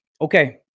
okay